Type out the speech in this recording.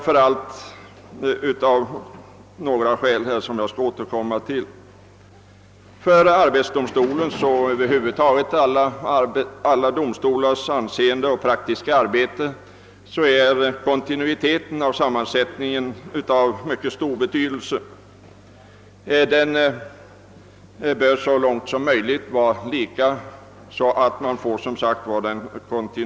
För arbetsdomstolens liksom för alla domstolars anseende och praktiska arbete är kontinuiteten i sammansättningen av mycket stor betydelse. Den bör så långt som möjligt vara likartad.